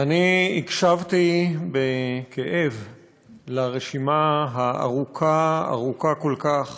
אני הקשבתי בכאב לרשימה הארוכה כל כך